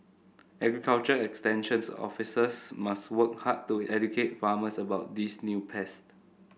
agriculture extension officers must work hard to educate farmers about these new pest